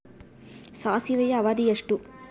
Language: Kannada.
ಸಾಸಿವೆಯ ಅವಧಿ ಎಷ್ಟು?